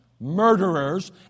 murderers